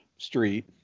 street